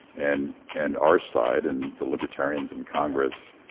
and and our side and the libertarians in congress,